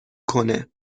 کنه